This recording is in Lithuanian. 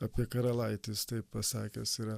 apie karalaitis taip pasakęs yra